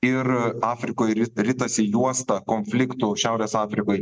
ir afrikoje ri ritasi juosta konfliktų šiaurės afrikoj